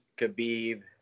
khabib